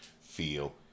feel